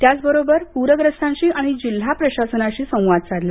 त्याचबरोबर पूरयस्तांशी आणि जिल्हा प्रशासनाशी संवाद साधला